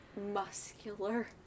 Muscular